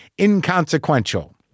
inconsequential